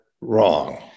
wrong